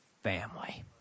family